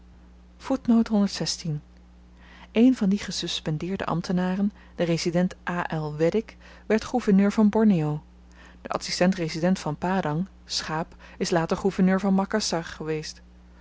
een van die gesuspendeerde ambtenaren de resident a l weddik werd gouverneur van borneo de adsistent resident van padang schaap is later gouverneur van makassar geweest